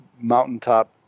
mountaintop